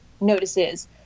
notices